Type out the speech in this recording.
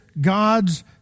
God's